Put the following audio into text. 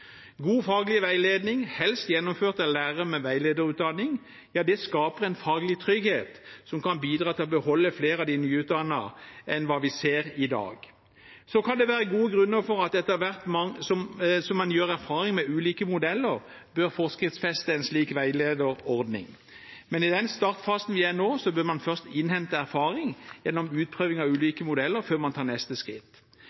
God faglig veiledning, helst gjennomført av en lærer med veilederutdanning, skaper en faglig trygghet som kan bidra til å beholde flere av de nyutdannede enn hva vi ser i dag. Det kan være gode grunner til at man etter hvert som man får erfaring med ulike modeller, bør forskriftsfeste en slik veilederordning, men i den startfasen vi er i nå, bør man innhente erfaring gjennom utprøving av